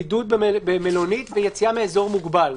בידוד במלונית ויציאה מאזור מוגבל,